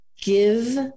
give